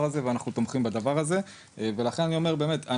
הזה ואנחנו תומכים בדבר הזה ולכן אני אומרת באמת,